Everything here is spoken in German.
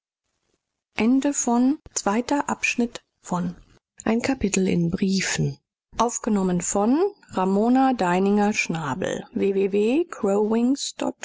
kapitel in briefen